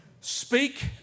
speak